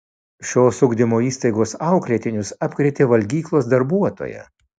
šios ugdymo įstaigos auklėtinius apkrėtė valgyklos darbuotoja